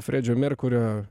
fredžio merkurio